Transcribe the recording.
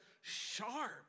sharp